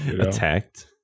attacked